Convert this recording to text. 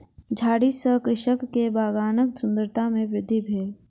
झाड़ी सॅ कृषक के बगानक सुंदरता में वृद्धि भेल